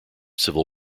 civil